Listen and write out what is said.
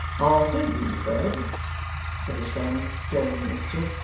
i'll give you, fred said his friend, stirring the mixture,